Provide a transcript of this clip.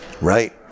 right